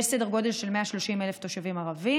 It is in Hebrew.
יש סדר גודל של 130,000 תושבים ערבים,